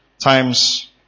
times